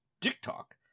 TikTok